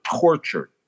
tortured